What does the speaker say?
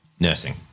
Nursing